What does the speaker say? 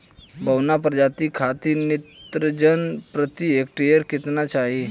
बौना प्रजाति खातिर नेत्रजन प्रति हेक्टेयर केतना चाही?